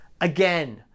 again